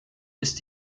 ist